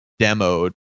demoed